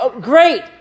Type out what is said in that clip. Great